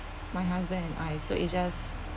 my husband and I so it's just